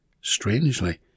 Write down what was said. Strangely